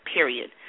Period